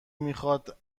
میخواد